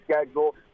schedule